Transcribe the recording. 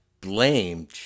blamed